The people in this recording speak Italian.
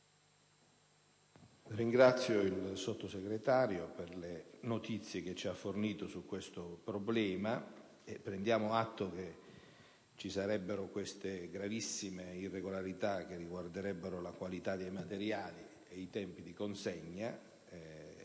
ringrazio il Sottosegretario per le notizie che ci ha fornito su questo problema. Prendiamo atto che ci sarebbero queste gravissime irregolarità che riguarderebbero la qualità dei materiali e i tempi di consegna.